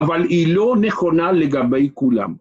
אבל היא לא נכונה לגבי כולם.